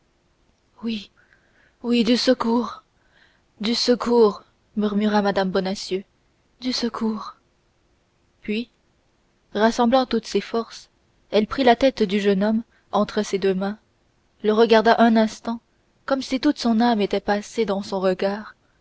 oui oui du secours du secours murmura mme bonacieux du secours puis rassemblant toutes ses forces elle prit la tête du jeune homme entre ses deux mains le regarda un instant comme si toute son âme était passée dans son regard